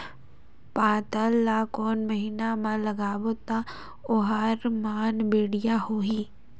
पातल ला कोन महीना मा लगाबो ता ओहार मान बेडिया होही?